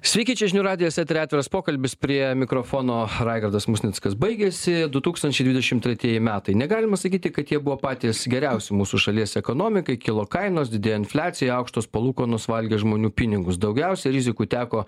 sveiki čia žinių radijas eteryje atviras pokalbis prie mikrofono raigardas musnickas baigėsi du tūkstančiai dvidešim tretieji metai negalima sakyti kad jie buvo patys geriausi mūsų šalies ekonomikai kilo kainos didėjo infliacija aukštos palūkanos valgė žmonių pinigus daugiausia rizikų teko